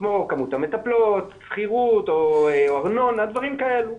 כמו כמות המטפלות, שכירות, ארנונה, דברים כאלה.